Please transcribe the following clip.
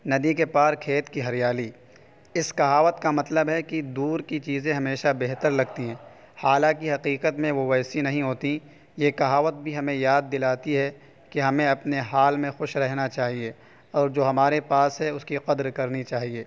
ندی کے پار کھیت کی ہریالی اس کہاوت کا مطلب ہے کہ دور کی چیزیں ہمیشہ بہتر لگتی ہیں حالانکہ حقیقت میں وہ ویسی نہیں ہوتیں یہ کہاوت بھی ہمیں یاد دلاتی ہے کہ ہمیں اپنے حال میں خوش رہنا چاہیے اور جو ہمارے پاس ہے اس کی قدر کرنی چاہیے